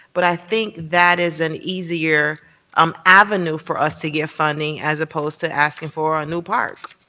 but i think that is an easier um avenue for us to get funding as opposed to asking for a new park,